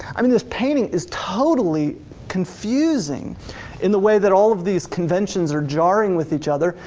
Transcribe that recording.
i mean this painting is totally confusing in the way that all of these conventions are jarring with each other,